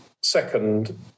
second